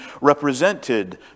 represented